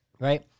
Right